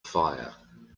fire